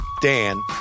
Dan